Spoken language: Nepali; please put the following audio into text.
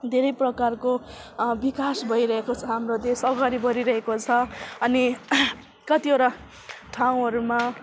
धेरै प्रकारको विकास भइरहेको छ हाम्रो देश अगाडि बढिरहेको छ अनि कतिवटा ठाउँहरूमा